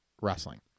wrestling